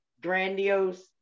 grandiose